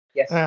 Yes